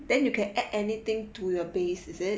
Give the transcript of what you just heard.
then you can add anything to your base is it yes